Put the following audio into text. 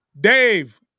Dave